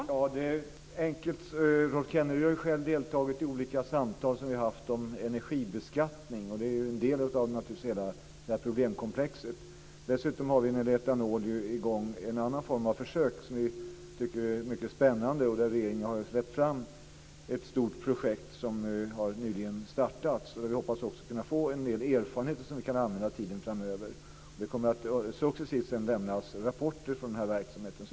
Fru talman! Det är enkelt. Rolf Kenneryd har ju själv deltagit i olika samtal som vi har haft om energibeskattning, och det är en del av det här problemkomplexet. Dessutom är det när det gäller etanol i gång en annan form av försök som vi tycker är mycket spännande. Regeringen har släppt fram ett stort projekt som nyligen har startats. Vi hoppas kunna få en del erfarenheter som vi kan använda tiden framöver. Det kommer att successivt lämnas rapporter från den här verksamheten.